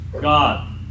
God